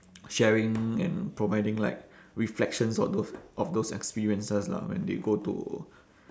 sharing and providing like reflections of those of those experiences lah when they go to